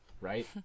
right